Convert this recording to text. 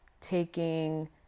taking